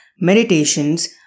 Meditations